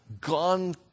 gone